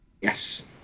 Yes